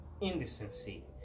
indecency